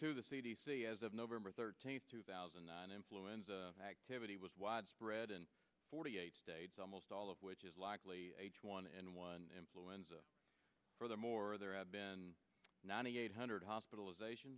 to the c d c as of november thirteenth two thousand and nine influenza activity was widespread in forty eight states almost all of which is likely one n one influenza furthermore there have been ninety eight hundred hospitalization